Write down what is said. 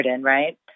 Right